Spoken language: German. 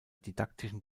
didaktischen